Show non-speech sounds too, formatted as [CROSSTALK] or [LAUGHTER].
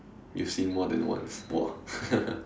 you've seen more than once !wah! [LAUGHS]